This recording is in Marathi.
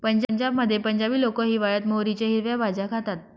पंजाबमध्ये पंजाबी लोक हिवाळयात मोहरीच्या हिरव्या भाज्या खातात